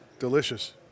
Delicious